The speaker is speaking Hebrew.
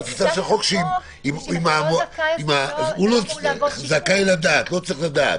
התפיסה של החוק שהוא זכאי לדעת, לא צריך לדעת.